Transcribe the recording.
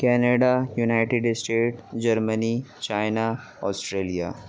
Canada united state Germany China Australia